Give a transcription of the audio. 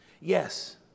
Yes